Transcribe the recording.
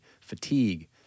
fatigue